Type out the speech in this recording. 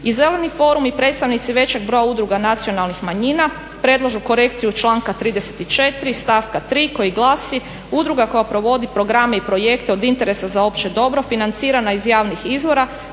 I Zeleni forum i predstavnici većeg broja udruga nacionalnih manjina predlažu korekciju članka 34. stavka 3. koji glasi: "Udruga koja provodi programe i projekte od interesa za opće dobro financirana iz javnih izvora